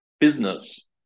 business